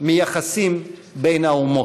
מיחסים בין האומות.